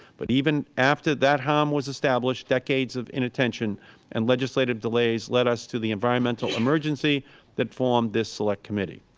but even after that harm was established, decades of inattention and legislative delays led us to the environmental emergency that formed this select committee.